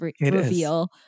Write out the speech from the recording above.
reveal